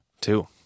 Two